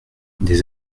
des